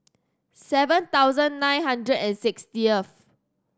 seven thousand nine hundred and sixtieth